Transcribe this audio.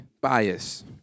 bias